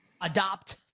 adopt